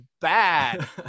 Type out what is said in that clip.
bad